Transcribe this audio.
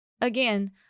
Again